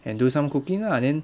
and do some cooking lah then